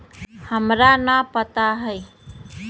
UPI से पैसा कतेक समय मे भेजल जा स्कूल?